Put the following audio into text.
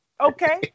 Okay